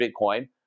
Bitcoin